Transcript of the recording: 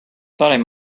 thought